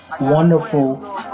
wonderful